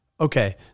okay